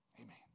Amen